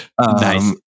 Nice